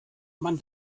man